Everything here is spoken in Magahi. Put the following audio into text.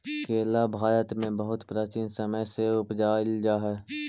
केला भारत में बहुत प्राचीन समय से उपजाईल जा हई